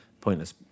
pointless